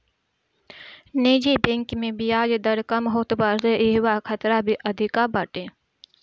निजी बैंक में बियाज दर कम होत बाटे इहवा खतरा भी अधिका बाटे